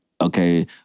okay